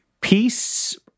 peace